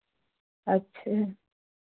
अच्छा